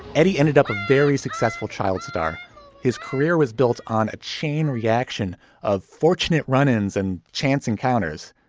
eddie ended up a very successful child star his career was built on a chain reaction of fortunate run ins and chance encounters.